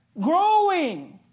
Growing